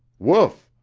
woof.